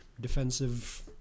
defensive